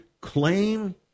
claim